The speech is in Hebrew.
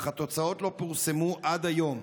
אך התוצאות לא פורסמו עד היום.